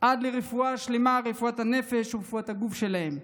עד לרפואה שלמה, רפואת הנפש ורפואת הגוף שלהם.